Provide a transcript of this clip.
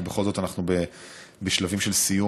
כי בכל זאת אנחנו בשלבים של סיום.